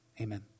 amen